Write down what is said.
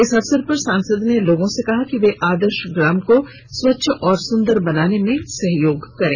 इस अवसर पर सांसद ने लोगों से कहा कि वे आदर्श ग्राम को स्वच्छ और सुन्दर बनाने में सहयोग करें